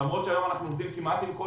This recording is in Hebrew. למרות שהיום אנחנו עובדים כמעט עם כל